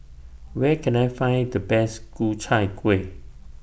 Where Can I Find The Best Ku Chai Kueh